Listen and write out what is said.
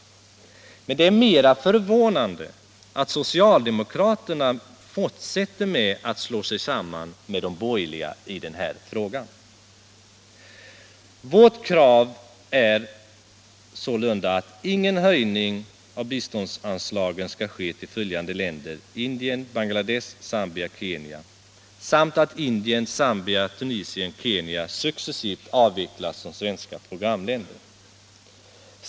Det är mera förvånande att socialdemokraterna fortsätter att slå sig samman med de borgerliga i den här frågan. Vårt krav är sålunda att ingen höjning av biståndsanslagen skall ske till följande länder: Indien, Bangladesh, Zambia och Kenya samt att Indien, Zambia, Tunisien och Kenya successivt avvecklas som svenska programländer.